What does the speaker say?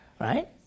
Right